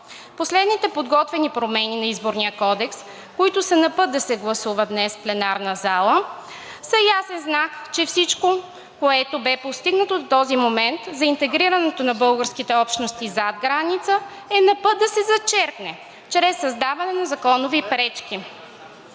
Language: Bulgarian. Последните подготвени промени на Изборния кодекс, които са напът да се гласуват днес в пленарната зала, са ясен знак, че всичко, което бе постигнато до този момент за интегрирането на българските общности зад граница, е на път да се зачеркне чрез създаване на законови пречки.